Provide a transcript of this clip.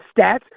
stats